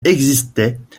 existait